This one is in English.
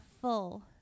full